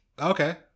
Okay